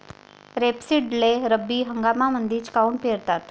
रेपसीडले रब्बी हंगामामंदीच काऊन पेरतात?